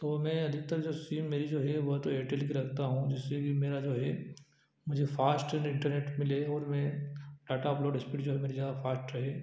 तो मैं अधिकतर जो सिम मेरी जो है वह तो एयरटेल की रखता हूँ जिससे कि मेरा जो है मुझे फास्ट इंटरनेट मिले और मैं डाटा अपलोड स्पीड जो मेरी ज़्यादा फास्ट रहे